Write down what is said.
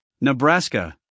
Nebraska